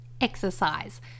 Exercise